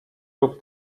lub